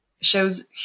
shows